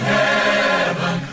heaven